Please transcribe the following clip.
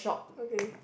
okay